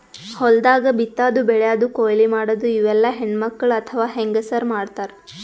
ಹೊಲ್ದಾಗ ಬಿತ್ತಾದು ಬೆಳ್ಯಾದು ಕೊಯ್ಲಿ ಮಾಡದು ಇವೆಲ್ಲ ಹೆಣ್ಣ್ಮಕ್ಕಳ್ ಅಥವಾ ಹೆಂಗಸರ್ ಮಾಡ್ತಾರ್